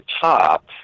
top